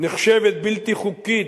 נחשבת בלתי חוקית,